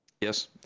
yes